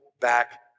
back